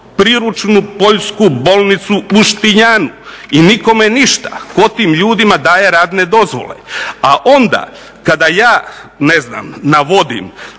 priručnu poljsku bolnicu u Štinjanu i nikome ništa. Tko tim ljudima daje radne dozvole? A onda kada ja navodim